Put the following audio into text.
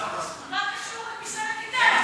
מה קשור משרד הקליטה?